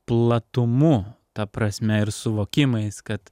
platumu ta prasme ir suvokimais kad